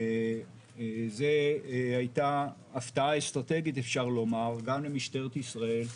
זו הייתה הפתעה אסטרטגית גם למשטרת ישראל,